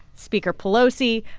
speaker pelosi,